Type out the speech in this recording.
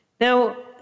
Now